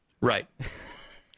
Right